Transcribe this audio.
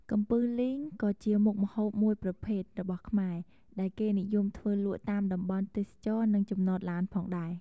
កំពឹសលីងក៏ជាមុខម្ហូបមួយប្រភេទរបស់ខ្មែរ ដែលគេនិយមធ្វើលក់តាមតំបន់ទេសចរណ៍និងចំណតឡានផងដែរ។